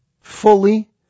fully